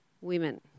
women